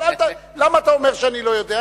אבל למה אתה אומר שאני לא יודע?